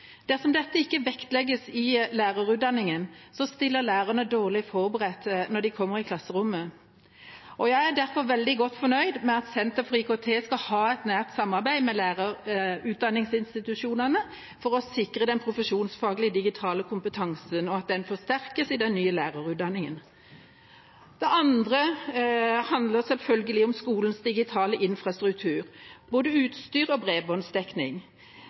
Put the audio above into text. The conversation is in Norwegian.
Dersom dette ikke vektlegges i lærerutdanningen, stiller lærerne dårlig forberedt når de kommer i klasserommet. Jeg er derfor veldig godt fornøyd med at Senter for IKT skal ha et nært samarbeid med lærerutdanningsinstitusjonene for å sikre den profesjonsfaglige digitale kompetansen, og at den forsterkes i den nye lærerutdanningen. Det andre handler selvfølgelig om skolens digitale infrastruktur, både utstyr og bredbåndsdekning.